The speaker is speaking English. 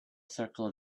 circle